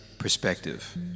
perspective